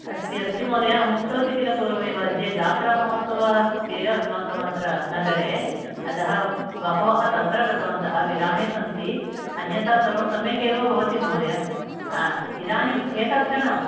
अस्ति अस्ति महोदय अहमुक्तवती किल पूर्वमेव अद्य जात्रामहोत्सवः अस्ति अस्माकम् अत्र नगरे अतः बहवः तत्र गतवन्तः विरामः सन्ति अन्यथा सर्वं सम्यक् एव भवति महोदय इदानीम् एकक्षणम्